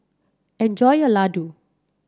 enjoy your laddu